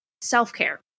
self-care